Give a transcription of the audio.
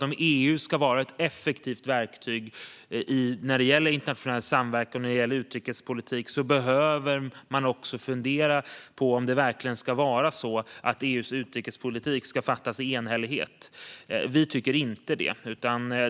Om EU ska vara ett effektivt verktyg när det gäller internationell samverkan och utrikespolitik behöver man såklart fundera på om EU:s utrikespolitik verkligen ska beslutas i enhällighet. Vi tycker inte det.